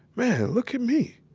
man look at me.